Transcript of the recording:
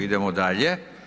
Idemo dalje.